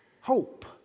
Hope